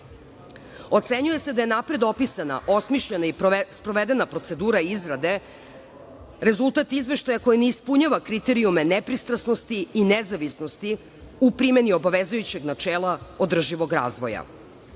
sveta. Ocenjuje se da je unapred opisana, osmišljena i sprovedena procedura izrade rezultat izveštaja koji ne ispunjava kriterijume nepristrasnosti i nezavisnosti u primeni obavezujućeg načela održivog razvoja.